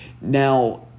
Now